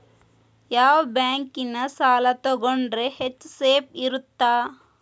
ಯಾವ ಬ್ಯಾಂಕಿನ ಸಾಲ ತಗೊಂಡ್ರೆ ಹೆಚ್ಚು ಸೇಫ್ ಇರುತ್ತಾ?